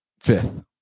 fifth